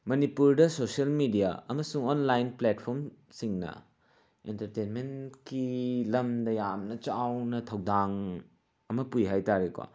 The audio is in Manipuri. ꯃꯅꯤꯄꯨꯔꯗ ꯁꯣꯁꯤꯌꯦꯜ ꯃꯦꯗꯤꯌꯥ ꯑꯃꯁꯨꯡ ꯑꯣꯏꯟꯂꯥꯏꯟ ꯄ꯭ꯂꯦꯠꯐꯣꯔꯝ ꯁꯤꯡꯅ ꯑꯦꯟꯇꯔꯇꯦꯟꯃꯦꯟꯀꯤ ꯂꯝꯗ ꯌꯥꯝ ꯆꯥꯎꯅ ꯊꯧꯗꯥꯡ ꯑꯃ ꯄꯨꯏ ꯍꯥꯏꯇꯥꯔꯦꯀꯣ